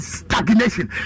stagnation